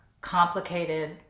complicated